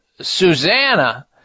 Susanna